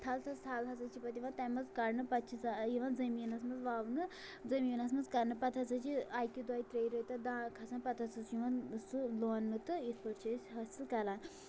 تھل تَس تھل ہسا چھِ پَتہٕ یِوان تَمہِ منٛز کَڑنہٕ پَتہٕ چھِ یِوان زٔمیٖنَس منٛز وَونہٕ زٔمیٖنَس منٛز کرنہٕ پَتہٕ ہسا چھِ اَکہِ دۄیہِ ترٛیٚیہِ ریٚتھۍ تتھ داں کھسان پَتہٕ ہسا چھُ یِوان سُہ لوننہٕ تہٕ یِتھ پٲٹھۍ چھِ أسۍ حٲصِل کَران